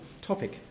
topic